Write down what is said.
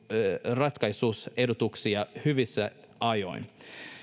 ratkaisuehdotuksia hyvissä ajoin